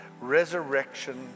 Resurrection